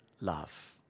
love